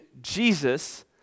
Jesus